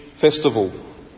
festival